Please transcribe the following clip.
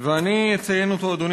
אדוני